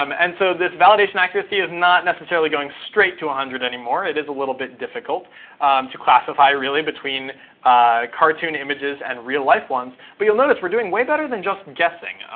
um and so this validation accuracy is not necessarily going straight to one hundred anymore. it is a little bit difficult to classify, really, between cartoon images and real life ones. but you'll notice we're doing way better than just guessing.